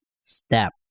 step